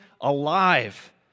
alive